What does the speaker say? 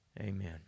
Amen